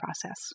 process